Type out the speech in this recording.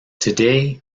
today